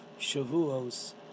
Shavuos